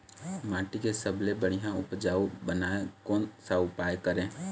माटी के सबसे बढ़िया उपजाऊ बनाए कोन सा उपाय करें?